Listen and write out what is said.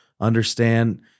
understand